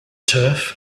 turf